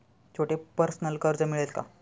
छोटे पर्सनल कर्ज मिळेल का?